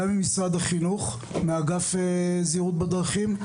גם ממשרד החינוך מאגף זהירות בדרכים,